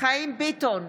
חיים ביטון,